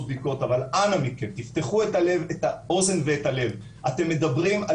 בדיקות אבל אנא מכם תפתחו את הלב ואת האוזן אתם מדברים על